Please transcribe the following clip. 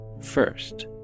first